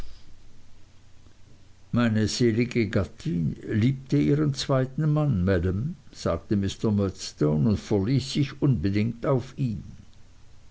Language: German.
meine selige gattin liebte ihren zweiten mann maam sagte mr murdstone und verließ sich unbedingt auf ihn